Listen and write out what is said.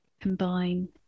combine